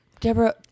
Deborah